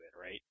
right